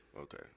Okay